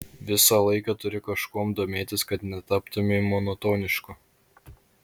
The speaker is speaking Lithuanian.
visą laiką turi kažkuom domėtis kad netaptumei monotonišku